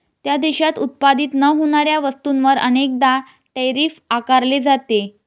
त्या देशात उत्पादित न होणाऱ्या वस्तूंवर अनेकदा टैरिफ आकारले जाते